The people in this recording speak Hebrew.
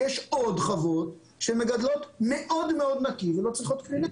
יש עוד חוות שמגדלות מאוד נקי ולא צריכות קרינה.